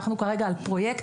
אנחנו כרגע על פרויקט,